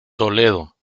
toledo